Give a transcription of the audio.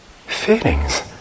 feelings